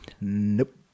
Nope